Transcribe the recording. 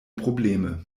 probleme